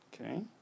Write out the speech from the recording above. Okay